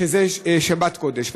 שזה שבת קודש.